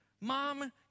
Mom